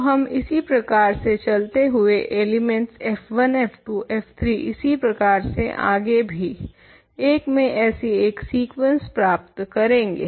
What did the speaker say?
तो हम इसी प्रकार से चलते हुए एलिमेंट्स f1 f2 f3 इसी प्रकार से आगे भी I में ऐसी एक सीक्वेंस प्राप्त करेंगे